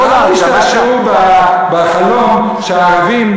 ואל תשתעשעו בחלום שהערבים,